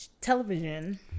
Television